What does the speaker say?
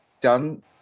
done